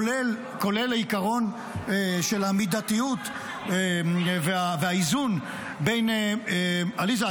כולל העיקרון של המידתיות והאיזון בין עליזה,